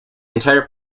entire